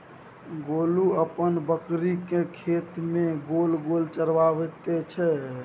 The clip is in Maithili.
गोलू अपन बकरीकेँ खेत मे गोल गोल चराबैत छै